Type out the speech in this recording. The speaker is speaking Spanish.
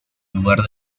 lugar